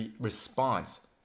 response